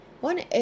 one